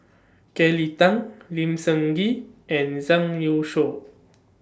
Kelly Tang Lim Sun Gee and Zhang Youshuo